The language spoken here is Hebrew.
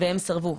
והם סרבו.